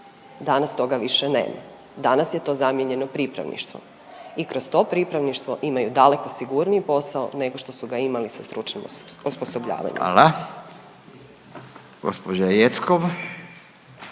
Danas toga više nema, danas je to zamijenjeno pripravništvom. I kroz to pripravništvo imaju daleko sigurniji posao nego što su ga imali sa stručnim osposobljavanjem. **Radin, Furio